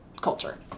culture